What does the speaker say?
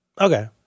Okay